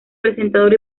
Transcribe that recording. presentador